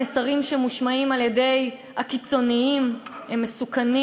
המסרים שמושמעים על-ידי הקיצונים הם מסוכנים